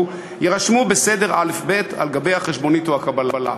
יירשמו בסדר אל"ף-בי"ת על גבי החשבונית או הקבלה.